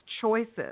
choices